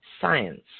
science